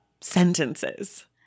sentences